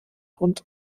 hund